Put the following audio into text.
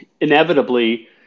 inevitably